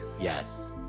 Yes